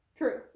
True